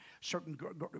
Certain